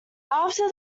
after